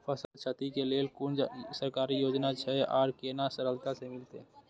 फसल छति के लेल कुन सरकारी योजना छै आर केना सरलता से मिलते?